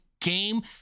game